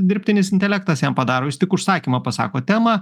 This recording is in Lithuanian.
dirbtinis intelektas jam padaro jis tik užsakymą pasako temą